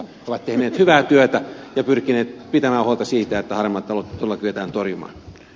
he ovat tehneet hyvää työtä ja pyrkineet pitämään huolta siitä että harmaata taloutta todella kyetään torjumaan